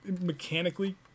mechanically